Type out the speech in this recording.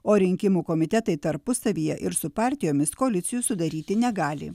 o rinkimų komitetai tarpusavyje ir su partijomis koalicijų sudaryti negali